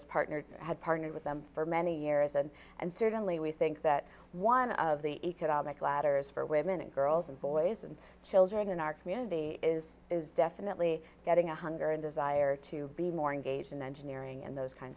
has partnered had partnered with them for many years and and certainly we think that one of the economic ladder is for women and girls and boys and children in our community is is definitely getting a hunger and desire to be more engaged in engineering and those kinds